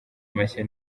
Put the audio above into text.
mashya